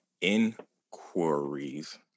inquiries